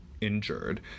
injured